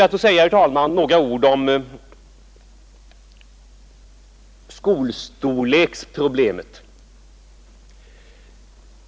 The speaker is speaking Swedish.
Jag skall sedan be att få säga några ord om skolstorleksproblemet.